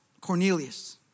Cornelius